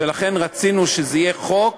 ולכן רצינו שזה יהיה חוק,